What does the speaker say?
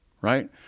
right